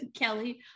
Kelly